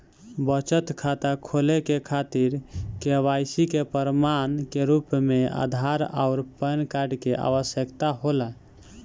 बचत खाता खोले के खातिर केवाइसी के प्रमाण के रूप में आधार आउर पैन कार्ड के आवश्यकता होला